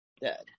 dead